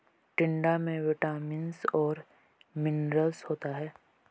टिंडा में विटामिन्स और मिनरल्स होता है